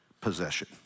possession